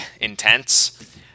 intense